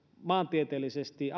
maantieteellisesti